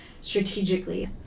strategically